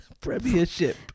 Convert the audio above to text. Premiership